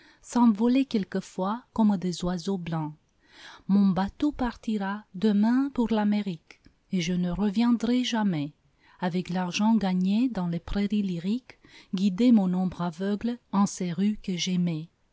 s'envolaient quelquefois comme des oiseaux blancs mon bateau partira demain pour l'amérique et je ne reviendrai jamais avec l'argent gagné dans les prairies lyriques guider mon ombre aveugle en ces rues que j'aimais